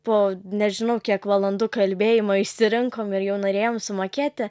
po nežinau kiek valandų kalbėjimo išsirinkom ir jau norėjom sumokėti